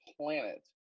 planet